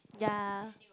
ya